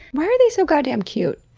why are they so goddamned cute?